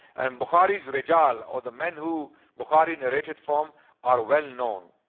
and bukhari rizal or the men who bukhari narrated from are well known.